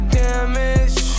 damage